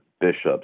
bishops